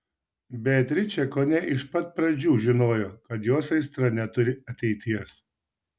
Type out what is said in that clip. beatričė kone iš pat pradžių žinojo kad jos aistra neturi ateities